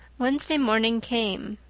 wednesday morning came.